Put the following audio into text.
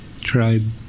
tribe